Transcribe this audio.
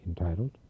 entitled